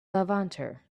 levanter